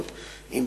כאמור,